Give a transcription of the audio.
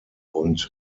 und